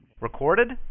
Recorded